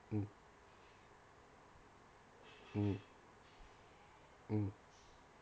mm mm mm